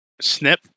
snip